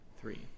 Three